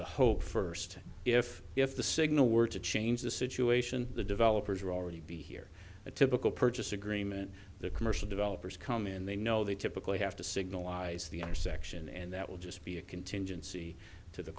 the hope first if if the signal were to change the situation the developers are already be here a typical purchase agreement the commercial developers come in they know they typically have to signalize the intersection and that will just be a contingency to the